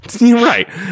right